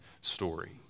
story